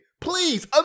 Please